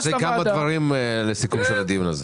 זה גם בדברים לסיכום הדיון הזה.